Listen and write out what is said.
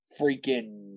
freaking